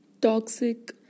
Toxic